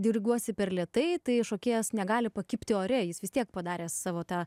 diriguosi per lėtai tai šokėjas negali pakibti ore jis vis tiek padaręs savo tą